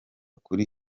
kuri